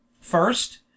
First